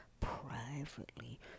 privately